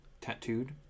tattooed